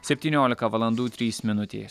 septyniolika valandų trys minutės